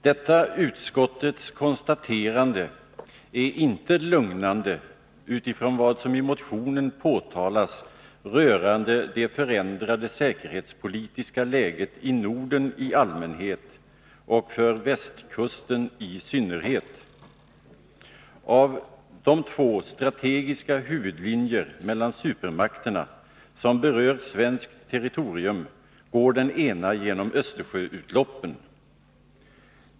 Detta utskottets konstaterande är icke lugnande, utifrån vad som i motionen påtalas rörande det förändrade säkerhetspolitiska läget i Norden i allmänhet och för västkusten i synnerhet. Av de två strategiska huvudlinjerna mellan supermakterna, som berör svenskt territorium, går den ena genom Östersjöutloppen.